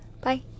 Bye